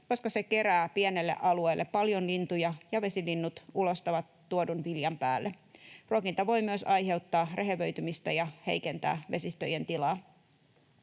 koska se kerää pienelle alueelle paljon lintuja ja vesilinnut ulostavat tuodun viljan päälle. Ruokinta voi myös aiheuttaa rehevöitymistä ja heikentää vesistöjen tilaa.